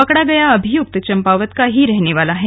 पकड़ा गया अभियुक्त चम्पावत का ही रहने वाला है